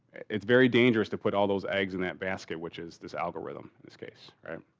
it's very dangerous to put all those eggs in that basket, which is this algorithm in this case, right?